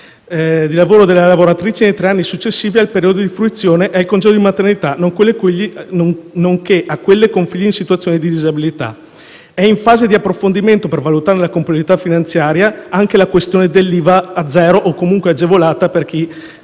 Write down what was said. di lavoro alle lavoratrici nei tre anni successivi al periodo di fruizione del congedo di maternità, nonché a quelle con figli in situazione di disabilità. È in fase di approfondimento, per valutarne la compatibilità finanziaria dell'IVA a zero, o comunque agevolata per chi